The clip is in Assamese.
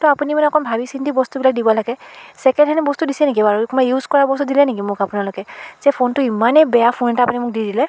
ত' আপুনি মানে অকণ ভাবি চিন্তি বস্তুবিলাক দিব লাগে ছেকেণ্ড হেণ্ড বস্তু দিছে নেকি বাৰু কোনোবাই ইউজ কৰা বস্তু দিলে নেকি মোক আপোনালোকে যে ফোনটো ইমানেই বেয়া ফোন এটা আপুনি মোক দি দিলে